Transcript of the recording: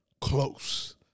close